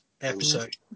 episode